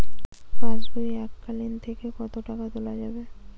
পাশবই এককালীন থেকে কত টাকা তোলা যাবে?